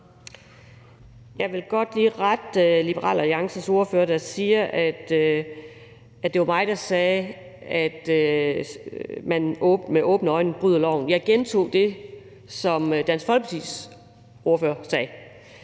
Jeg vil godt lige rette Liberal Alliances ordfører, der siger, at det var mig, der sagde, at man med åbne øjne bryder loven. Jeg gentog det, som Dansk Folkepartis ordfører sagde.